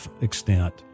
extent